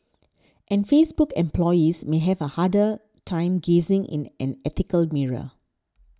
and Facebook employees may have a harder time gazing in an ethical mirror